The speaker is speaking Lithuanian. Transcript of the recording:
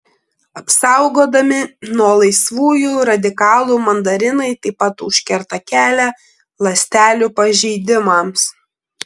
apsaugodami nuo laisvųjų radikalų mandarinai taip pat užkerta kelią ląstelių pažeidimams